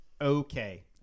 okay